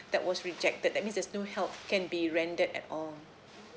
that was rejected that means there's no help can be rendered at all